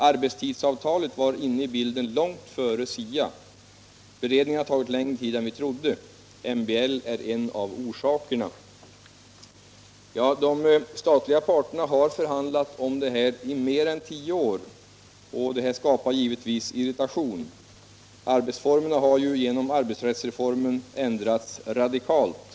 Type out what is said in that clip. Arbetstidsavtalet var inne i bilden långt före SIA. Beredningen har tagit längre tid än vi trodde. MBL är en av orsakerna. De statliga parterna har förhandlat om detta i mer än 10 år, och det skapar givetvis irritation. Arbetsformerna har genom arbetsrättsreformen ändrats radikalt.